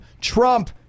Trump